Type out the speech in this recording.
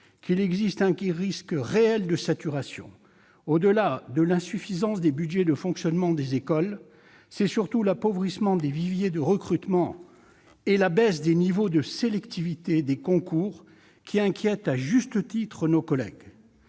qu'il existait un risque réel de saturation. Au-delà de l'insuffisance des budgets de fonctionnement des écoles, c'est surtout l'appauvrissement des viviers de recrutement et la baisse des niveaux de sélectivité des concours qui inquiètent, à juste titre, nos collègues.